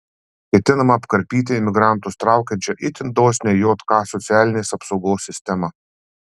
ketinama apkarpyti imigrantus traukiančią itin dosnią jk socialinės apsaugos sistemą